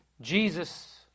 jesus